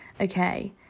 Okay